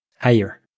higher